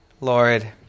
Lord